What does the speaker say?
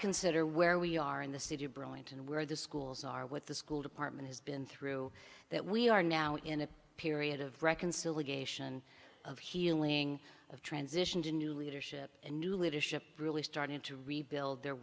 consider where we are in the city burlington where the schools are with the school department has been through that we are now in a period of reconciliation of healing of transition to new leadership and new leadership really starting to rebuild their